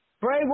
Bray